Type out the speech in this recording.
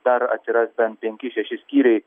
dar atsiras bent penki šeši skyriai